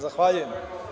Zahvaljujem.